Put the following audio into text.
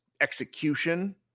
execution